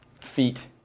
Feet